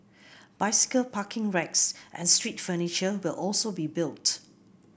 bicycle parking racks and street furniture will also be built